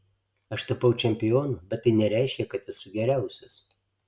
aš tapau čempionu bet tai nereiškia kad esu geriausias